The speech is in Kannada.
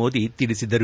ಮೋದಿ ತಿಳಿಸಿದರು